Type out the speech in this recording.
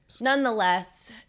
nonetheless